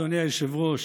אדוני היושב-ראש,